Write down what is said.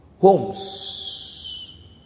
homes